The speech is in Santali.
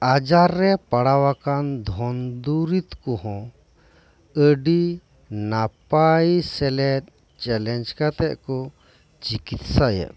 ᱟᱡᱟᱨ ᱨᱮ ᱯᱟᱲᱟᱣ ᱟᱠᱟᱱ ᱫᱷᱚᱱ ᱫᱩᱨᱤᱵᱽ ᱠᱚᱦᱚᱸ ᱟᱹᱰᱤ ᱱᱟᱯᱟᱭ ᱥᱟᱹᱦᱤᱡ ᱪᱮᱞᱮᱧᱡᱽ ᱠᱟᱛᱮᱫ ᱠᱚ ᱪᱤᱠᱤᱛᱥᱟᱭᱮᱫ ᱠᱚᱣᱟ